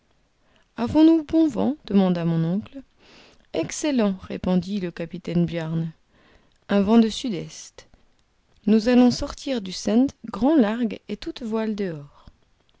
avons-nous bon vent demanda mon oncle excellent répondit le capitaine bjarne un vent de sud-est nous allons sortir du sund grand largue et toutes voiles dehors